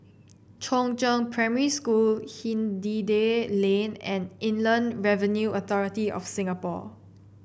Chongzheng Primary School Hindhede Lane and Inland Revenue Authority of Singapore